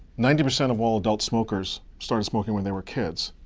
ninety percent of all adult smokers started smoking when they were kids.